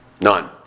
none